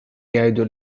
jgħidu